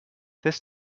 this